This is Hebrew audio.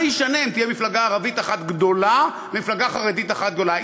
מה זה ישנה אם תהיה מפלגה ערבית אחת גדולה ומפלגה חרדית אחת גדולה?